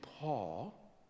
Paul